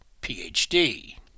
Ph.D